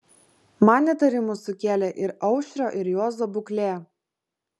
man įtarimų sukėlė ir aušrio ir juozo būklė